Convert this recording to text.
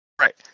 Right